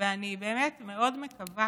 ואני באמת מאוד מקווה